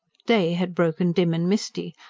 day had broken dim and misty,